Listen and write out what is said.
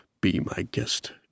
be-my-guest